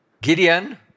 Gideon